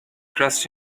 trust